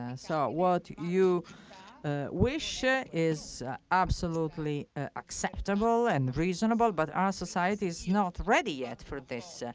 ah so what you you ah wish ah is absolutely ah acceptable and reasonable, but our society is not ready yet for this.